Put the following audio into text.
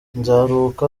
nzaruhuka